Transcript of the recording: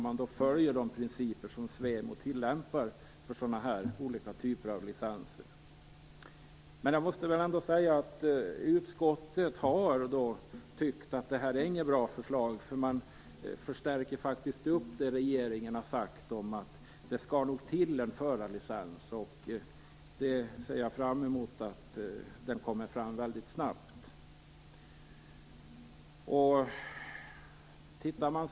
Man följer då de principer som SVEMO tillämpar för olika typer av licenser. Utskottet har tyckt att det här inte är något bra förslag. Man förstärker faktiskt det som regeringen har sagt om att det nog skall till en förarlicens. Jag ser fram emot att en licens mycket snabbt kommer fram.